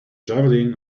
javelin